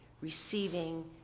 receiving